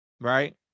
Right